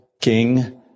king